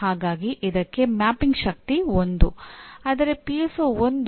ಮತ್ತು ಪ್ರತಿ ಮಾನದಂಡವು ಅದಕ್ಕೆ ನಿಗದಿಪಡಿಸಿದ ವಿಭಿನ್ನ ಅಂಕಗಳನ್ನು ಹೊಂದಿರಬಹುದು